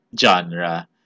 Genre